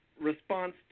response